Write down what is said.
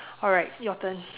alright your turn